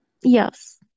yes